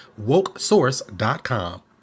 WokeSource.com